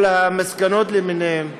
כל המסקנות למיניהן,